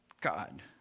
God